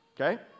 Okay